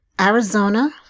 Arizona